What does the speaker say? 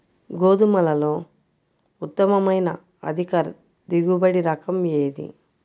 గోధుమలలో ఉత్తమమైన అధిక దిగుబడి రకం ఏది?